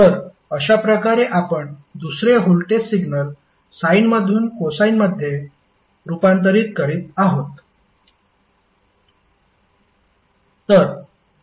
तर अशाप्रकारे आपण दुसरे व्होल्टेज सिग्नल साइनमधून कोसाइनमध्ये रूपांतरित करीत आहोत